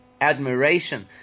admiration